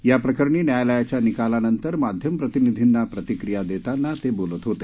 याप्रकरणी न्यायालयाच्या निकालानंतर माध्यम प्रतिनिधींना प्रतिक्रिया देताना ते बोलत होते